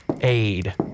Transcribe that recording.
aid